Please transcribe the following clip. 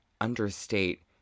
understate